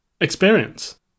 experience